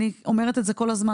אני אומרת את זה כל הזמן.